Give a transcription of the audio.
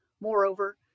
Moreover